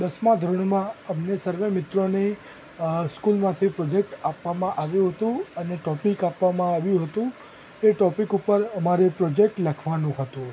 દસમા ધોરણમાં અમને સર્વે મિત્રોને સ્કૂલમાંથી પ્રૉજેક્ટ આપવામાં આવ્યું હતું અને ટૉપિક આપવામાં આવ્યું હતું એ ટૉપિક ઉપર અમારે પ્રોજેક્ટ લખવાનો હતો